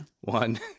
one